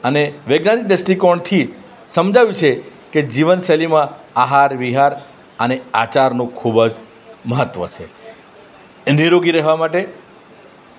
અને વૈજ્ઞાનિક દૃષ્ટિકોણથી સમજાવ્યું છે કે જીવન શૈલીમાં આહાર વિહાર અને આચારનું ખૂબ જ મહત્ત્વ છે અને નિરોગી રહેવા માટે